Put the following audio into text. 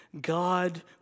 God